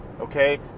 okay